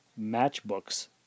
matchbooks